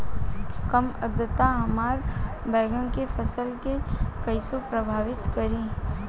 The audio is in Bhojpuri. कम आद्रता हमार बैगन के फसल के कइसे प्रभावित करी?